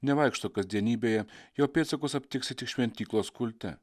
nevaikšto kasdienybėje jo pėdsakus aptiksi tik šventyklos kulte